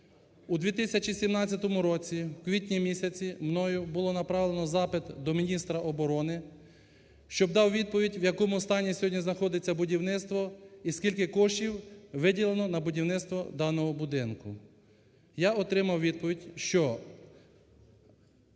У 2017 році в квітні місяці, мною було направлено запит до міністра оборони, щоб дав відповідь, в якому стані сьогодні знаходиться будівництво і скільки коштів виділено на будівництво даного будинку. Я отримав відповідь, що